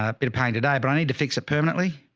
ah bit of pain to die, but i need to fix a permanently.